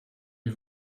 die